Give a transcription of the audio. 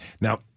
Now